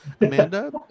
Amanda